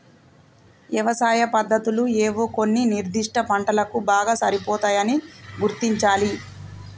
యవసాయ పద్దతులు ఏవో కొన్ని నిర్ధిష్ట పంటలకు బాగా సరిపోతాయని గుర్తించాలి